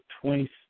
twenty